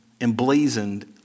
emblazoned